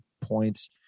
points